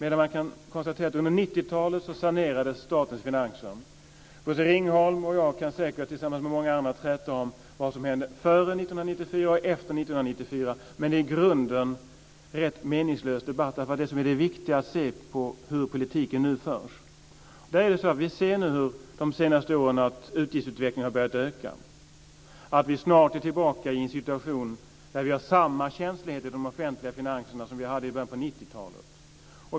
Vi kan konstatera att under 90-talet sanerades statens finanser. Bosse Ringholm och jag kan säkert tillsammans med många andra träta om vad som hände före 1994 och efter 1994, men det är i grunden en rätt meningslös debatt. Det som är det viktiga är att se hur politiken nu förs. Vi ser de senaste åren att utgiftsutvecklingen har börjat öka, att vi snart är tillbaka i en situation där vi har samma känslighet i de offentliga finanserna som vi hade i början på 90-talet.